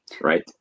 Right